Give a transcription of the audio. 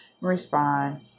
respond